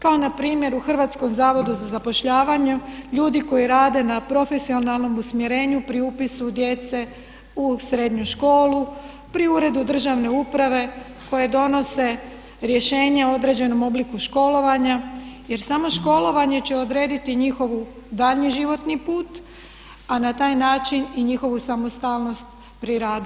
Kao npr. u hrvatskom zavodu za zapošljavanju ljudi koji rade na profesionalnom usmjerenju pri upisu djece u srednju školu, pri uredu državne uprave koje donose rješenje o određenom obliku školovanja jer samo školovanje će odrediti njihov daljnji životni put a na taj način i njihovu samostalnost pri radu.